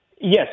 Yes